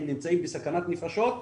הם נמצאים בסכנת נפשות,